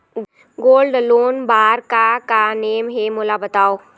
Gold loan बार का का नेम हे, मोला बताव?